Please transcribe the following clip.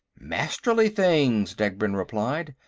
masterly things, degbrend replied.